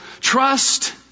trust